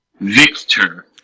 Victor